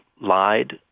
lied